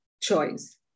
choice